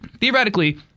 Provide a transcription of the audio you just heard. theoretically